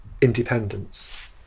independence